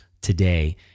today